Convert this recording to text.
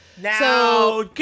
Now